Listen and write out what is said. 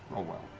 roll well.